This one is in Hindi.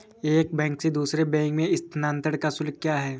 एक बैंक से दूसरे बैंक में स्थानांतरण का शुल्क क्या है?